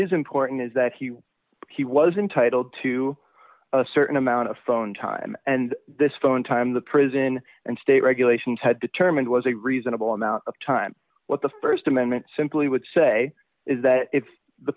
is important is that he he was entitled to a certain amount of phone time and this phone time the prison and state regulations had determined was a reasonable amount of time what the st amendment simply would say is that if the